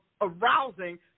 arousing